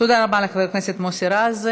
תודה רבה לחבר הכנסת מוסי רז.